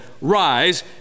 Rise